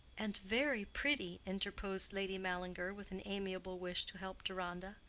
and very pretty, interposed lady mallinger, with an amiable wish to help deronda.